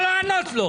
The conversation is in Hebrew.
המרזב סתום,